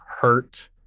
hurt